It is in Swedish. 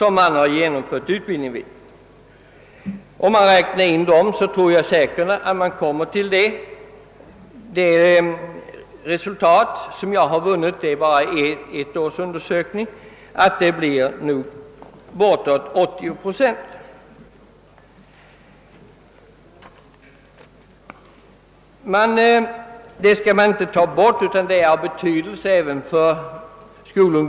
Om dessa emellertid räknas med tror jag att resultatet blir det som jag redovisat — den undersökningen avser endast ett år — och att de studerandes andel alltså utgör cirka 80 procent.